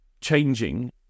changing